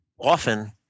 often